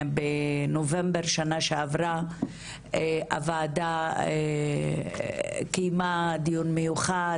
שבנובמבר שנה שעברה הוועדה קיימה דיון מיוחד